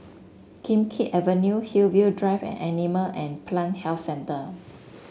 Kim Keat Avenue Hillview Drive and Animal and Plant Health Centre